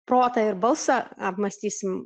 protą ir balsą apmąstysim